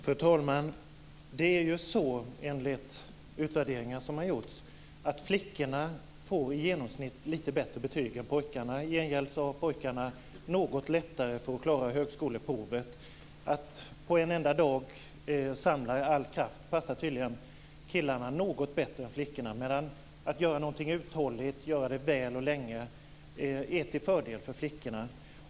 Fru talman! Enligt utvärderingar som har gjorts får flickor i genomsnitt lite bättre betyg än pojkarna. I gengäld har pojkarna något lättare för att klara högskoleprovet. Att på en enda dag samla all kraft passar tydligen pojkarna något bättre än flickorna, medan att göra någonting uthålligt och göra det väl och länge är till fördel för flickorna.